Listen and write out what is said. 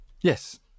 Yes